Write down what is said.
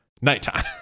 nighttime